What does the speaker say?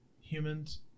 Humans